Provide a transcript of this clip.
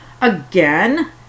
Again